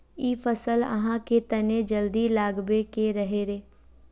इ फसल आहाँ के तने जल्दी लागबे के रहे रे?